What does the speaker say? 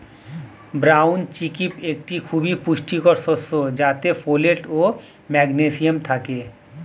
brown chickpea একটি খুবই পুষ্টিকর শস্য যাতে ফোলেট ও ম্যাগনেসিয়াম থাকে